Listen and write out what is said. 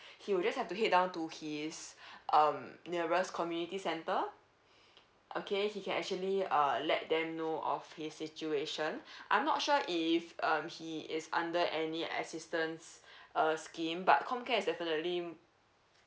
he will just have to head down to his um nearest community centre okay he can actually uh let them know of his situation I'm not sure if um he is under any assistance uh scheme but com care is definitely